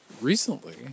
Recently